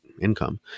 income